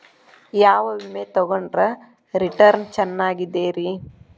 ಯಾವ ವಿಮೆ ತೊಗೊಂಡ್ರ ರಿಟರ್ನ್ ಚೆನ್ನಾಗಿದೆರಿ?